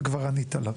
וכבר ענית עליו.